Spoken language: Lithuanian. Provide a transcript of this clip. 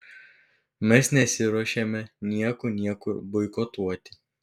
mes nesiruošiame nieko niekur boikotuoti